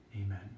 Amen